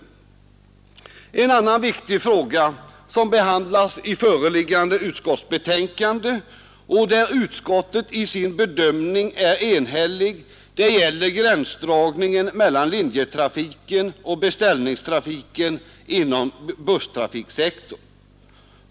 En annan viktig fråga som behandlas i föreliggande utskottsbetänkande och där utskottet i sin bedömning är enhälligt gäller gränsdragningen mellan linjetrafiken och beställningstrafiken inom busstrafiksektorn.